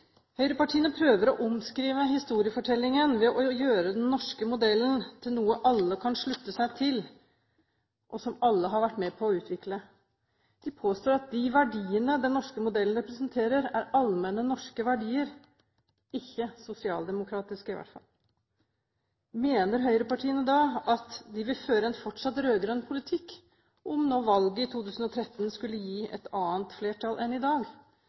Høyrepartiene prøver å omskrive historiefortellingen ved å gjøre den norske modellen til noe alle kan slutte seg til, og som alle har vært med på å utvikle. De påstår at de verdiene den norske modellen representerer, er allmenne norske verdier – ikke sosialdemokratiske, i hvert fall. Mener høyrepartiene at de vil føre en fortsatt rød-grønn politikk om valget i 2013 skulle gi et annet flertall enn i dag?